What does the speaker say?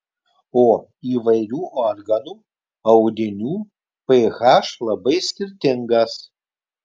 o įvairių organų audinių ph labai skirtingas